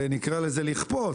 נקרא לזה לכפות,